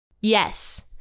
yes